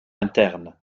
interne